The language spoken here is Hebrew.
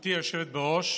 גברתי היושבת בראש,